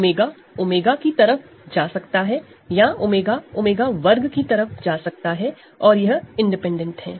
𝜔 𝜔 की तरफ जा सकता है या 𝜔 𝜔2 की तरफ़ जा सकता है और यह इंडिपैंडेंट हैं